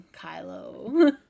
Kylo